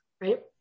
Right